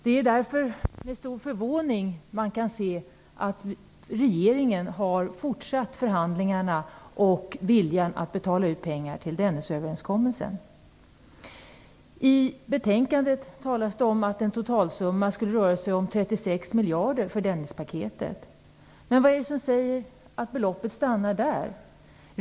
Det är därför med stor förvåning man ser att regeringen har fortsatt förhandlingarna; det gäller också viljan att betala ut pengar till Dennisöverenskommelsen. I betänkandet talas det om en totalsumma på 36 miljarder för Dennispaketet. Men vad är det som säger att det stannar vid det beloppet?